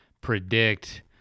predict